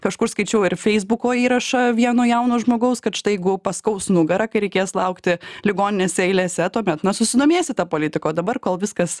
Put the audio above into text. kažkur skaičiau ir feisbuko įrašą vieno jauno žmogaus kad štai jeigu paskaus nugara kai reikės laukti ligoninėse eilėse tuomet na susidomėsi ta politika o dabar kol viskas